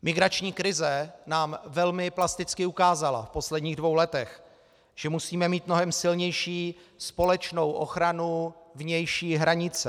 Migrační krize nám velmi plasticky ukázala v posledních dvou letech, že musíme mít mnohem silnější společnou ochranu vnější hranice.